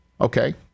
Okay